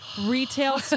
retail